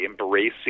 embracing